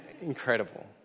Incredible